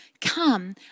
come